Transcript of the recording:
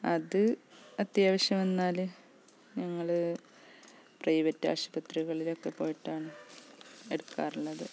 അത് അത്യാവശ്യം വന്നാൽ ഞങ്ങൾ പ്രൈവറ്റ് ആശുപത്രികളിലൊക്കെ പോയിട്ടാണ് എടുക്കാറുള്ളത്